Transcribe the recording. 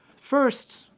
First